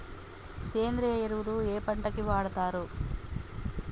సేంద్రీయ ఎరువులు ఏ పంట కి వాడుతరు?